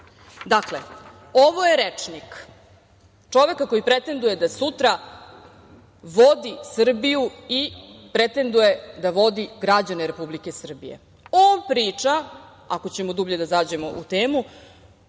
ovo je rečnik čoveka koji pretenduje da sutra vodi Srbiju i pretenduje da vodi građane Republike Srbije. On priča, ako ćemo dublje da zađemo u temu,